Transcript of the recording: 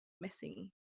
missing